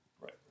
Right